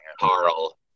Carl